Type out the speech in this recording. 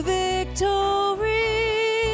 victory